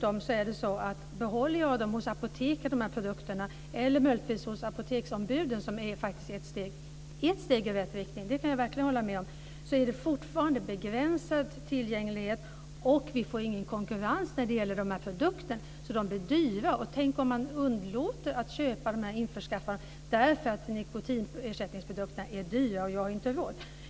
Om produkterna behålls hos apoteken, eller möjligtvis apoteksombuden - som är ett steg i rätt riktning - finns det fortfarande begränsad tillgänglighet och det blir ingen konkurrens för produkterna. De blir dyra. Tänk om man underlåter att införskaffa dem därför att nikotinersättningsprodukterna är dyra och man inte har råd.